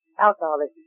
alcoholism